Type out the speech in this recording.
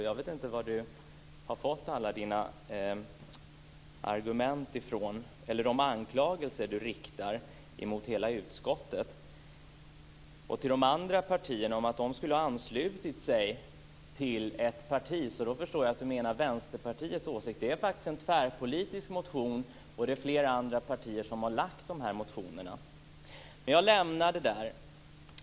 Jag vet inte varifrån hon har fått alla sina anklagelser som hon riktar till hela utskottet. Amanda Agestav sade att de andra partierna hade anslutit sig till ett visst parti, och då förstår jag att hon menar Vänsterpartiet. Detta är faktiskt en tvärpolitisk motion, och det är flera andra partier som har lagt fram dessa förslag. Men jag lämnar det här.